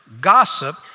gossip